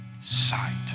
sight